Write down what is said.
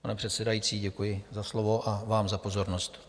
Pane předsedající, děkuji za slovo a vám za pozornost.